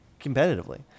competitively